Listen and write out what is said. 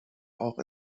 auch